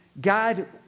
God